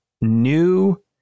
new